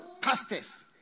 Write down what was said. pastors